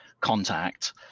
contact